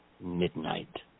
midnight